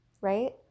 right